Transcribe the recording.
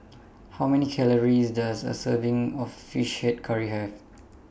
How Many Calories Does A Serving of Fish Head Curry Have